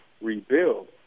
rebuild